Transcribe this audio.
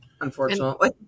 unfortunately